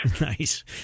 Nice